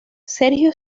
sergio